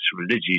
religious